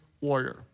warrior